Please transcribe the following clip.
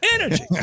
Energy